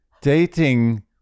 dating